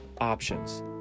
options